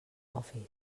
office